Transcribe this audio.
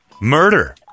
Murder